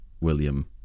William